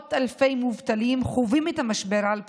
מאות אלפי מובטלים חווים את המשבר על בשרם,